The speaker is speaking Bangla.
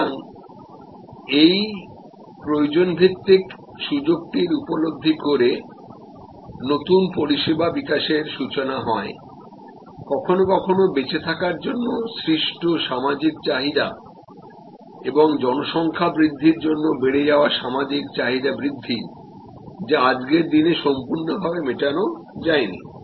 সুতরাং এই প্রয়োজন ভিত্তিক সুযোগটির উপলব্ধি করেনতুন পরিষেবা বিকাশের সূচনা হয় কখনও কখনও বেঁচে থাকার জন্যে সৃষ্ট সামাজিক চাহিদা এবং জনসংখ্যা বৃদ্ধির জন্যে বেড়ে যাওয়া সামাজিক চাহিদা বৃদ্ধিযা আজকের দিনে সম্পূর্ণভাবে মেটানো যায়নি